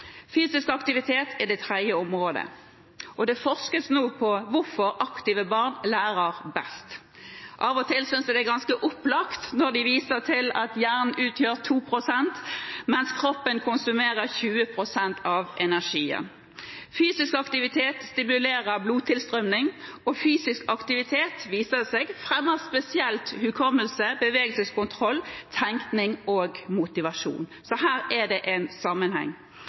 Fysisk aktivitet er det tredje området, og det forskes nå på hvorfor aktive barn lærer best. Av og til synes jeg det er ganske opplagt, når de viser til at hjernen utgjør 2 pst., mens kroppen konsumerer 20 pst. av energien. Fysisk aktivitet stimulerer blodtilstrømning, og fysisk aktivitet – viser det seg – fremmer spesielt hukommelse, bevegelseskontroll, tenkning og motivasjon. Så her er det en sammenheng.